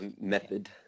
method